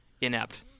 inept